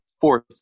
fourth